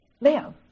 live